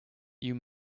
you